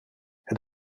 het